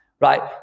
right